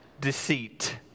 deceit